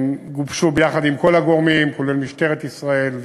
גובשו ביחד עם כל הגורמים, כולל משטרת ישראל,